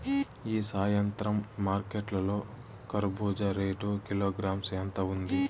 ఈ సాయంత్రం మార్కెట్ లో కర్బూజ రేటు కిలోగ్రామ్స్ ఎంత ఉంది?